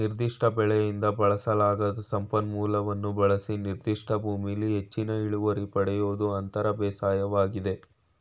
ನಿರ್ದಿಷ್ಟ ಬೆಳೆಯಿಂದ ಬಳಸಲಾಗದ ಸಂಪನ್ಮೂಲವನ್ನು ಬಳಸಿ ನಿರ್ದಿಷ್ಟ ಭೂಮಿಲಿ ಹೆಚ್ಚಿನ ಇಳುವರಿ ಪಡಿಯೋದು ಅಂತರ ಬೇಸಾಯವಾಗಿದೆ